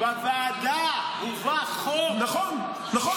בוועדה הובא חוק -- נכון, נכון.